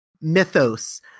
mythos